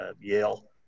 Yale